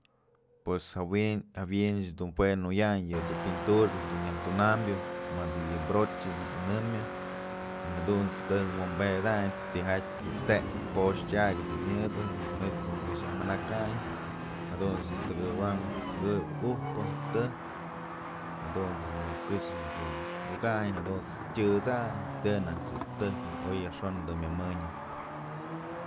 Pos jawi'in jawynëch dun jue juyandyë yë pintura ëch dun nyaj tunanbyë madë yë brocha nak nyënëmbyë y jadunt's tëjk wënbëdayn tyjatyë dun tek pox tyak dun myëdë manytë dun këx yaj manakayn jaduch tëkëwayn tëkëbyë ujpë tëjk jaunt's dun këxë dun ukayn jadunt's tyësayn të najtyë tëjk oy yajxon du myëmënyë.